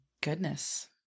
Goodness